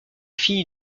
fille